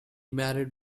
married